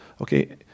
okay